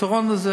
הפתרון הזה